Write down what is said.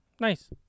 Nice